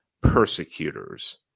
persecutors